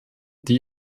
die